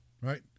right